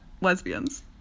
lesbians